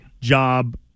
job